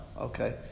Okay